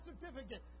certificate